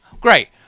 great